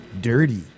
dirty